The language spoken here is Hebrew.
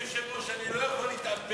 אדוני היושב-ראש, אני לא יכול להתאפק